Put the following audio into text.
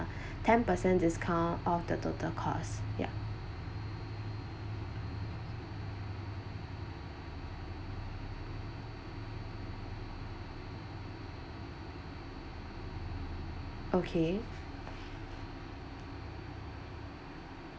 ten percent discount out of the total cost ya okay